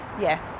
yes